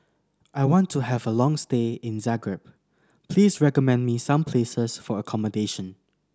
I want to have a long stay in Zagreb please recommend me some places for accommodation